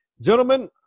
gentlemen